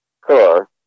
car